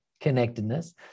connectedness